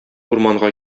урманга